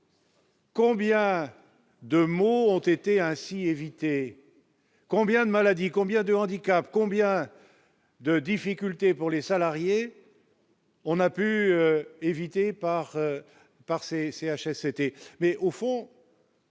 Combien de mots ont été ainsi éviter combien de maladies combien de handicap, combien de difficultés pour les salariés. On a pu éviter par par ses